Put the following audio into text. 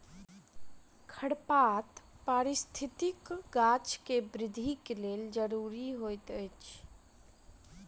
खरपात पारिस्थितिकी गाछ के वृद्धि के लेल ज़रूरी होइत अछि